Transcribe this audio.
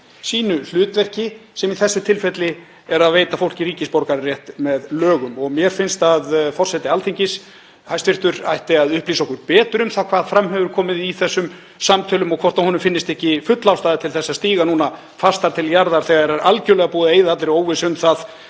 sínu hlutverki, sem í þessu tilfelli er það að veita fólki ríkisborgararétt með lögum. Mér finnst að hæstv. forseti Alþingis ætti að upplýsa okkur betur um það hvað fram hefur komið í þessum samtölum og hvort honum finnist ekki full ástæða til að stíga núna fastar til jarðar þegar er algjörlega búið að eyða allri óvissu um að